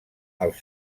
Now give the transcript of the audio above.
els